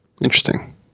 Interesting